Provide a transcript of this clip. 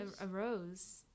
Arose